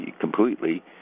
completely